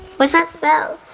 what's that spell?